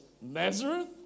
Nazareth